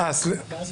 תחומים.